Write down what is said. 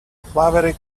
flowery